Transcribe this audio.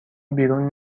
بیرون